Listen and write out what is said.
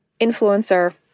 influencer